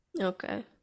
Okay